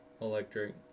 electric